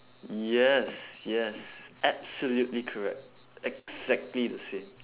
yes yes absolutely correct exactly the same